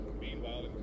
Meanwhile